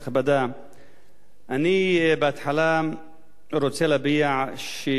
אני בהתחלה רוצה להביע את הדעה הזאת: אני מאוד מתפלא